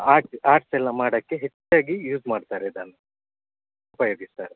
art arts ಎಲ್ಲ ಮಾಡೋಕ್ಕೆ ಹೆಚ್ಚಾಗಿ ಯೂಸ್ ಮಾಡ್ತಾರೆ ಇದನ್ನು ಉಪಯೋಗಿಸ್ತಾರೆ